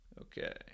Okay